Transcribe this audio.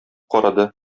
карады